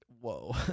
Whoa